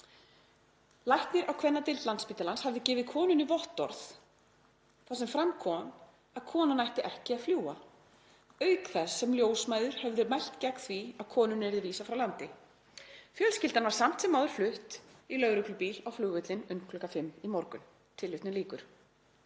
Læknir á kvennadeild Landspítalans hafði gefið konunni vottorð þar sem fram kom að konan ætti ekki að fljúga auk þess sem ljósmæður höfðu mælt gegn því að konunni yrði vísað frá landi. Fjölskyldan var samt sem áður flutt í lögreglubíl á flugvöllinn um klukkan fimm í morgun.“ Það